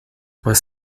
were